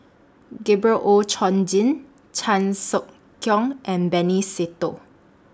Gabriel Oon Chong Jin Chan Sek Keong and Benny Se Teo